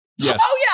Yes